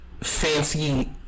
fancy